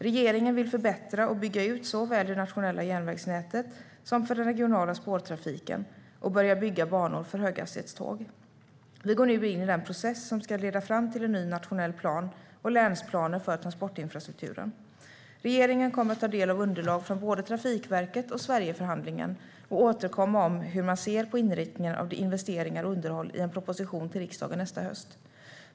Regeringen vill förbättra och bygga ut såväl det nationella järnvägsnätet som för den regionala spårtrafiken och börja bygga banor för höghastighetståg. Vi går nu in i den process som ska leda fram till en ny nationell plan och länsplaner för transportinfrastrukturen. Regeringen kommer att ta del av underlag från både Trafikverket och Sverigeförhandlingen och återkomma om hur man ser på inriktningen av investeringar och underhåll i en proposition till riksdagen nästa höst.